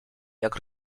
jak